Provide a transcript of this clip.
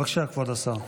בבקשה, כבוד השר.